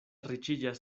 riĉiĝas